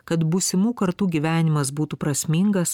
kad būsimų kartų gyvenimas būtų prasmingas